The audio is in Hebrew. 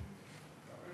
ההצעה